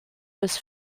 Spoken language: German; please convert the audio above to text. bis